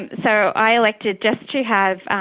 and so i elected just to have,